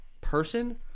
person